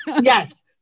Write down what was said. Yes